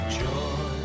joy